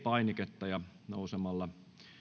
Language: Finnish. painiketta ja nousemalla